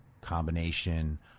combination